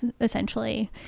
essentially